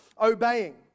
obeying